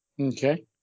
Okay